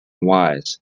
wise